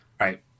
Right